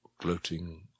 gloating